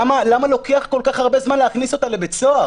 למה לוקח כל כך הרבה זמן להכניס אותה לבית סוהר?